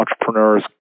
entrepreneurs